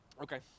Okay